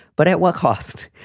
but at what cost?